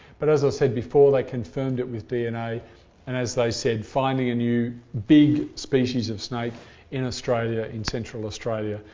but as i said before, they confirmed it with dna and as they said, finding a new big species of snake in australia in central australia,